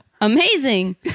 Amazing